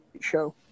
show